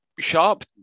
Sharp